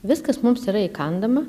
viskas mums yra įkandama